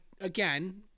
again